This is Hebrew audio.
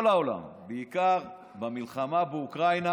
כל העולם, בעיקר במלחמה באוקראינה